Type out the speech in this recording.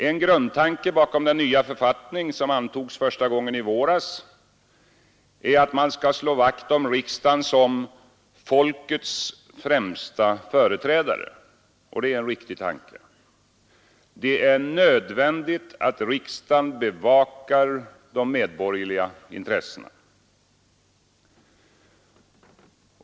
En grundtanke bakom den nya författning, som antogs första gången i våras, är att man skall slå vakt om riksdagen som ”folkets främsta företrädare”. Det är en riktig tanke. Det är nödvändigt att riksdagen bevakar de medborgerliga intressena.